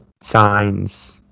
signs